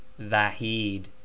Vahid